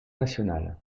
national